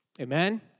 Amen